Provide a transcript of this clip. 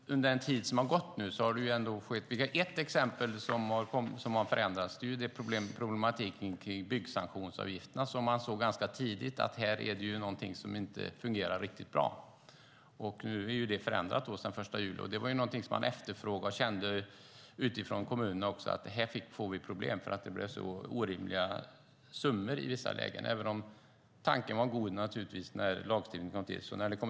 Ett exempel är problematiken kring byggsanktionsavgifterna. Man såg ganska tidigt att någonting inte fungerade riktigt bra, och nu är det förändrat sedan 1 juli. Det var någonting som kommunerna efterfrågade.